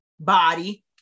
body